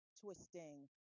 twisting